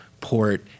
Port